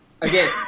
Again